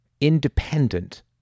independent